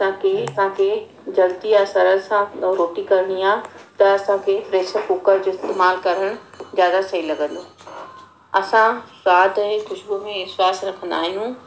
तव्हां खे जल्दी ऐं सरस सां रोटी करिणी आहे त असां खे प्रेशर कुकर जो इस्तेमालु करण ज्यादा सही लॻंदो असां सवाद ऐं ख़ुशबूअ में विश्वासु रखंदा आहियूं